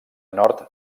nord